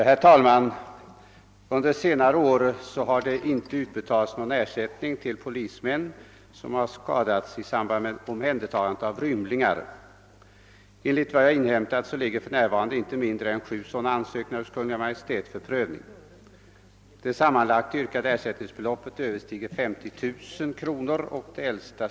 Herr talman! Sedan lång tid tillbaka utgår ersättning av statsmedel för skador vållade av vissa rymlingar. Bestämmelserna om i vilka fall ersättning skall utgå och hur handläggningen skall ske finns intagna i Kungl. Maj:ts brev till socialstyrelsen den 25 maj 1967 .